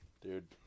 dude